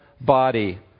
body